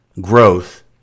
growth